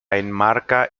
enmarca